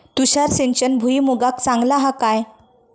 तुषार सिंचन भुईमुगाक चांगला हा काय?